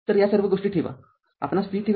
तरया सर्व गोष्टी ठेवा आपणास VThevenin ३०